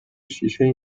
شیشه